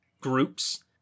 groups